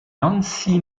nancy